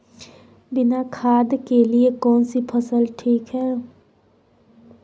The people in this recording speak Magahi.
बिना खाद के लिए कौन सी फसल ठीक है?